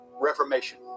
Reformation